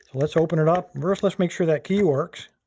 let's open it up. first, let's make sure that key works.